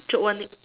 chop one leg